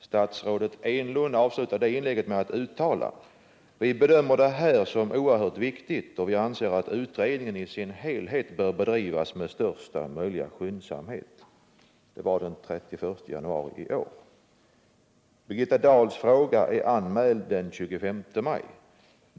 Statsrådet Enlund avslutade det inlägget med att uttala: ”Vi bedömer alltså det här som oerhört viktigt, och vi anser att utredningen isin helhet bör bedrivas med största möjliga skyndsamhet.” — Detta uttalades den 31 januari i år. Birgitta Dahls fråga är anmäld den 25 maj.